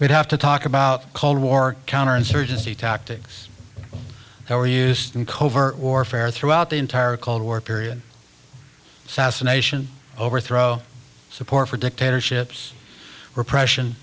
we'd have to talk about cold war counterinsurgency tactics that were used in covert warfare throughout the entire cold war period sasa nation overthrow support for dictatorships repression